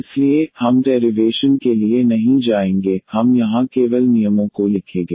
इसलिए हम डेरिवेशन के लिए नहीं जाएंगे हम यहां केवल नियमों को लिखे